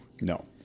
no